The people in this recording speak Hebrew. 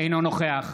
אינו נוכח